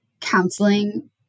counseling